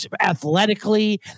athletically